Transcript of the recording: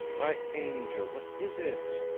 my angel! what is it?